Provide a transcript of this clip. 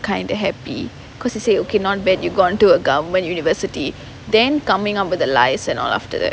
kind of happy because he say okay not bad you got into a government university then coming out with the lies and all that after that